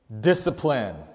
discipline